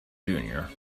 junior